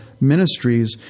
ministries